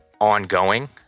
ongoing